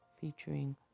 featuring